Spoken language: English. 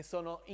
sono